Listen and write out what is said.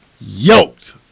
yoked